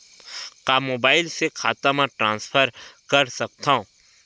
का मोबाइल से खाता म ट्रान्सफर कर सकथव?